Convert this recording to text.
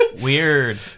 weird